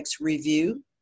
review